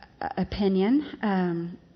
opinion